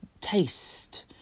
taste